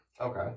Okay